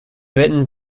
written